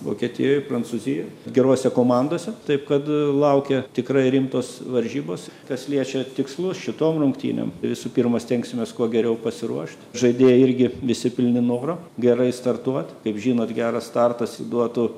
vokietijoj prancūzijoj gerose komandose taip kad laukia tikrai rimtos varžybos kas liečia tikslus šitom rungtynėm visų pirma stengsimės kuo geriau pasiruošt žaidėjai irgi visi pilni noro gerai startuot kaip žinot geras startas duotų